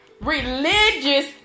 religious